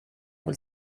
vill